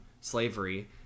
slavery